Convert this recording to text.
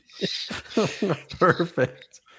Perfect